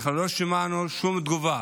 אנחנו לא שמענו שום תגובה